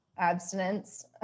abstinence